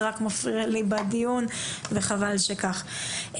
זה רק מפריע לי בדיון וחבל שכך.